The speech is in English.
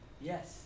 Yes